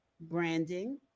branding